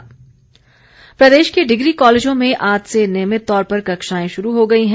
college खुले प्रदेश के डिग्री कॉलेजों में आज से नियमित तौर पर कक्षाएं शुरू हो गई हैं